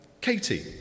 Katie